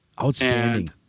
Outstanding